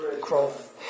growth